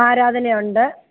ആരാധന ഉണ്ട്